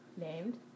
named